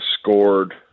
scored